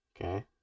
Okay